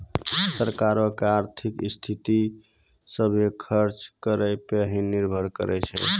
सरकारो के आर्थिक स्थिति, सभ्भे खर्च करो पे ही निर्भर करै छै